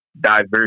diverse